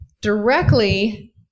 directly